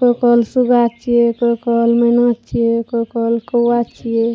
कोइ कहल सूगा छियै कोइ कहल मैना छियै कोइ कहल कौआ छियै